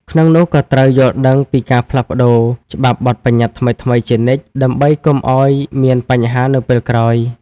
ក្នុងនោះក៏ត្រូវយល់ដឹងពីការផ្លាស់ប្តូរច្បាប់បទប្បញ្ញត្តិថ្មីៗជានិច្ច ដើម្បីកុំអោយមានបញ្ហានៅពេលក្រោយ។